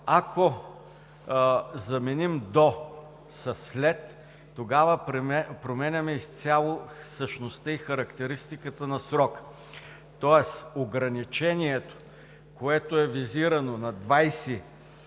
ако заменим „до“ със „след“, тогава променяме изцяло същността и характеристиката на срока, тоест ограничението, което е визирано на 6 месеца,